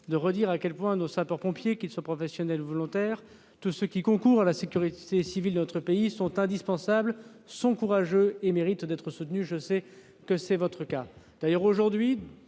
de redire à quel point nos sapeurs-pompiers, qu'ils soient professionnels ou volontaires, et tous ceux qui concourent à la sécurité civile de notre pays sont indispensables. Leur courage mérite d'être soutenu, et je sais que vous le faites.